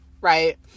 Right